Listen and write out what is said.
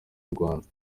urwanda